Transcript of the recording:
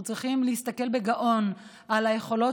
אנחנו צריכים להסתכל בגאון על היכולות